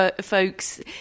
folks